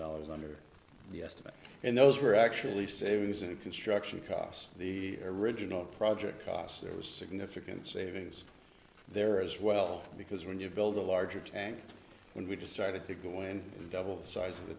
dollars under the estimate and those were actually savings and construction costs the original project cost there was significant savings there as well because when you build a larger tank when we decided to go and double the size of the